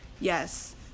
Yes